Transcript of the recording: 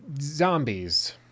zombies